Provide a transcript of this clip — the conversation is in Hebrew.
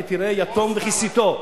כי תראה יתום וכיסיתו.